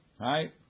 Right